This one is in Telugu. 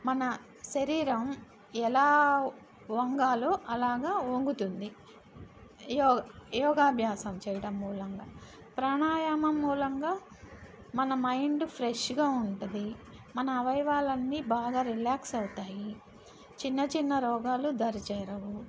మన శరీరం ఎలా వంగాలో అలాగ వంగుతుంది యో యోగాభ్యాసం చేయడం మూలంగా ప్రాణాయామం మూలంగా మన మైండ్ ఫ్రెష్గా ఉంటుంది మన అవయవాలు అన్నీ బాగా రిలాక్స్ అవుతాయి చిన్న చిన్న రోగాలు దరిచేరవు